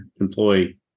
employee